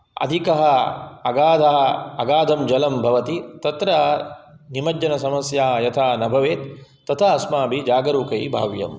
अधिकः अगाधः अगाधं जलं भवति तत्र निमज्जनसमस्या यथा न भवेत् तथा अस्माभिः जागरूकैः भाव्यम्